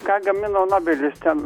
ką gamino nobelis ten